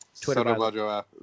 Twitter